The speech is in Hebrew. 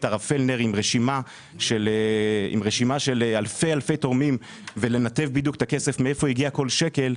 רשימה של אלפי תורמים ולנתב בדיוק מאיפה הגיע כל שקל.